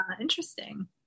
interesting